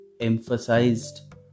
emphasized